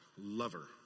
lover